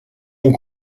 ont